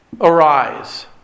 arise